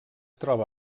troba